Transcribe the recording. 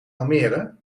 almere